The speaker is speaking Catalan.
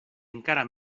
encara